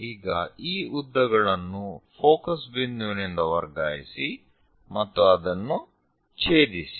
ಈಗ ಈ ಉದ್ದಗಳನ್ನು ಫೋಕಸ್ ಬಿಂದುವಿನಿಂದ ವರ್ಗಾಯಿಸಿ ಮತ್ತು ಅದನ್ನು ಛೇದಿಸಿ